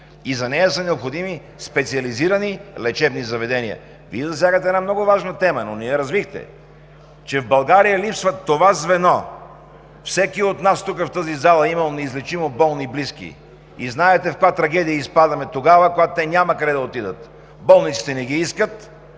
и за нея са необходими специализирани лечебни заведения. Вие засягате една много важна тема, но не я развихте – че в България липсва това звено. Всеки в тази зала е имал неизлечимо болни близки и знаете в каква трагедия изпадаме тогава, когато те няма къде да отидат – болниците не ги искат,